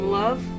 love